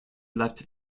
left